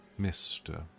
Mr